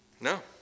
No